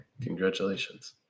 congratulations